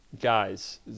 Guys